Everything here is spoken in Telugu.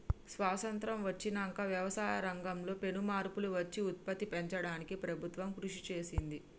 స్వాసత్రం వచ్చినంక వ్యవసాయ రంగం లో పెను మార్పులు వచ్చి ఉత్పత్తి పెంచడానికి ప్రభుత్వం కృషి చేసింది